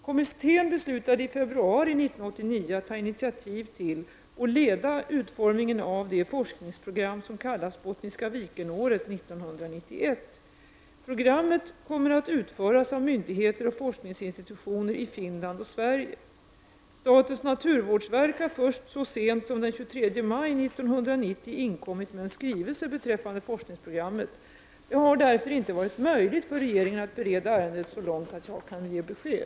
Kommittén beslutade i februari 1989 att ta initiativ till och leda utformningen av det forskningsprogram som kallas Bottniska Viken-året 1991. Programmet kommer att utföras av myndigheter och forskningsinstitutioner i Finland och Sverige. Statens naturvårdsverk har först så sent som den 23 maj 1990 inkommit med en skrivelse beträffande forskningsprogrammet. Det har därför inte varit möjligt för regeringen att bereda ärendet så långt att jag kan ge besked.